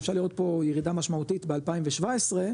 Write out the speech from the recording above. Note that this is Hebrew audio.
שאפשר לראות פה ירידה משמעותית ב-2017,